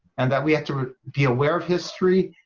and that we have to be aware of history,